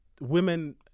women